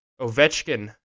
Ovechkin